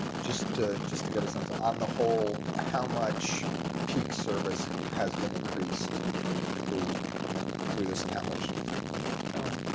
just to just to get a sense, on the whole, how much peak service has been increased through through this and how much oh,